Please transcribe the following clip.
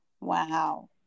Wow